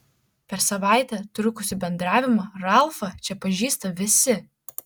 per savaitę trukusį bendravimą ralfą čia pažįsta visi